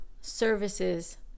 services